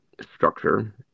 structure